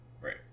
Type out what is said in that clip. Right